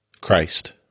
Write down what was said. Christ